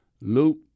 Luke